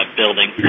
building